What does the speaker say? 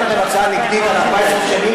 יש לכם הצעה נגדית על 14 שנים?